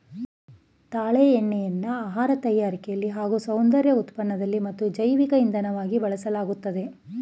ತಾಳೆ ಎಣ್ಣೆನ ಆಹಾರ ತಯಾರಿಕೆಲಿ ಹಾಗೂ ಸೌಂದರ್ಯ ಉತ್ಪನ್ನದಲ್ಲಿ ಮತ್ತು ಜೈವಿಕ ಇಂಧನವಾಗಿ ಬಳಸಲಾಗ್ತದೆ